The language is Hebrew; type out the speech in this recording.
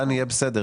דני, יהיה בסדר.